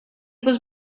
was